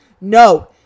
No